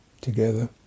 together